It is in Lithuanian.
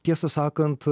tiesą sakant